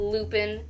Lupin